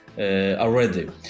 already